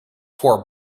for